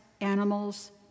animals